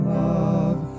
love